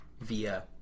via